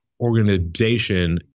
organization